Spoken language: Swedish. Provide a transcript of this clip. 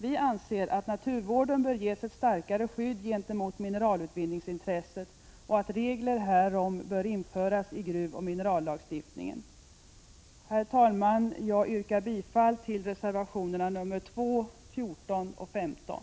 Vi anser att naturvården bör ges ett starkare skydd gentemot mineralutvinningsintresset och att regler härom bör införas i gruvoch minerallagstiftningen. Herr talman! Jag yrkar bifall till reservationerna 2, 14 och 15.